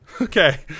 Okay